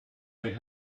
they